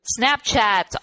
snapchat